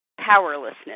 powerlessness